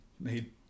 made